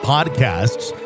Podcasts